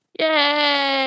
Yay